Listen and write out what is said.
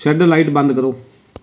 shed light ਬੰਦ ਕਰੋ